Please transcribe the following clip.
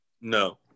no